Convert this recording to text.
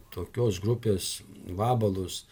tokios grupės vabalus